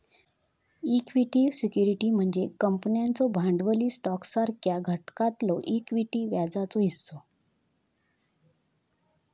equity security म्हणजे कंपन्यांचो भांडवली स्टॉकसारख्या घटकातलो इक्विटी व्याजाचो हिस्सो